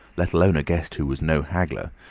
let alone a guest who was no haggler,